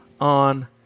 on